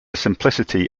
simplicity